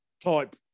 type